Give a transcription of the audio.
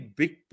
big